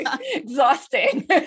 Exhausting